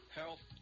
health